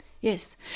Yes